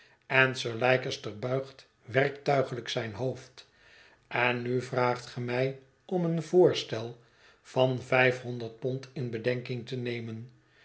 en sir leicester buigt werktuigelijk zijn hoofd en nu vraagt ge mij om een voorstel van vijfhonderd pond in bedenking te nemen